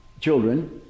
children